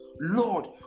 lord